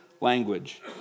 language